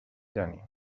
دانی